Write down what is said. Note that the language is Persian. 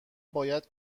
باید